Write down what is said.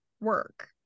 work